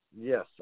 yes